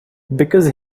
because